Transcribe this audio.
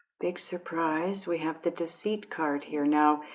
big surprise we have the deceit card here. now,